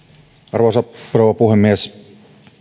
arvoisa rouva puhemies